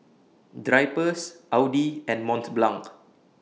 Drypers Audi and Mont Blanc